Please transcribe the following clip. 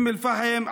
אום אל-פחם,